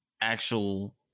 actual